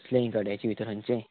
कसलेय काड्याचे भितर खंयचें